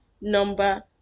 number